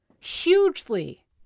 hugely